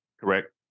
Correct